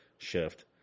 shift